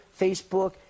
facebook